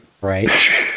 Right